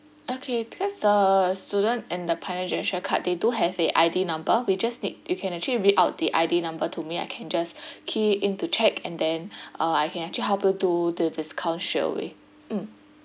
okay because the students and the pioneer generation card they do have a I_D number we just need you can actually read out the I_D number to me I can just key it in to check and then uh I can actually help you do the discount straight away mm